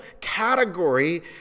category